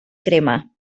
crema